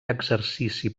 exercici